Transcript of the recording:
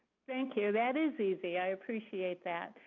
thank you. that is easy. i appreciate that.